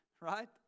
right